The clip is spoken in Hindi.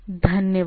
धन्यवाद